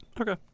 okay